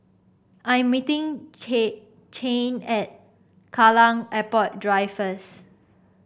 I am meeting Cheyanne at Kallang Airport Drive first